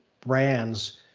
brands